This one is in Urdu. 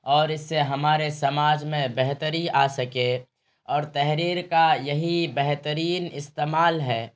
اور اس سے ہمارے سماج میں بہتری آ سکے اور تحریر کا یہی بہترین استعمال ہے